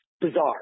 bizarre